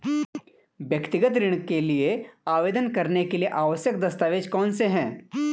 व्यक्तिगत ऋण के लिए आवेदन करने के लिए आवश्यक दस्तावेज़ कौनसे हैं?